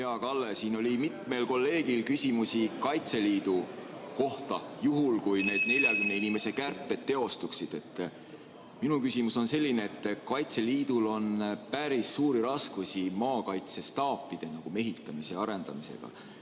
Hea Kalle! Siin oli mitmel kolleegil küsimusi Kaitseliidu kohta, juhul kui see 40 inimese kärbe teostuks. Minu küsimus on selline. Kaitseliidul on päris suuri raskusi maakaitsestaapide mehitamise ja arendamisega.